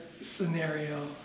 scenario